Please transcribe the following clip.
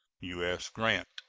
u s. grant.